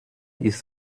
ist